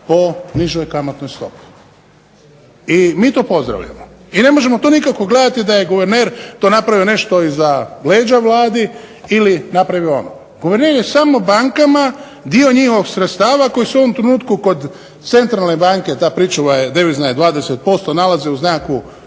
po nižoj kamatnoj stopi. I mi to pozdravljamo. I ne možemo nikako gledati da je guverner to napravio nešto iza leđa Vladi ili napravio ovo. Guverner je samo bankama dio njihovih sredstava koji su u ovom trenutku kod centralne banke, ta pričuva je devizna 20% nalazi uz